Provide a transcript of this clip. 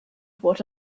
what